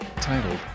titled